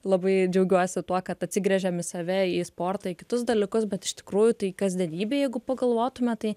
labai džiaugiuosi tuo kad atsigręžiam į save į sportą į kitus dalykus bet iš tikrųjų tai kasdienybėj jeigu pagalvotume tai